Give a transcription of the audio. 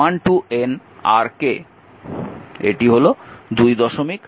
এটি হল 228 নম্বর সমীকরণ